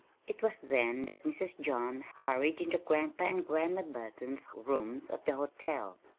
it was then that mrs. john hurried into grandpa and grandma burton's rooms at the hotel.